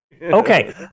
Okay